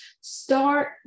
start